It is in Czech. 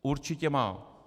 Určitě má.